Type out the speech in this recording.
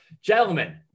Gentlemen